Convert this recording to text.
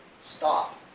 stop